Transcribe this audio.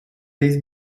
this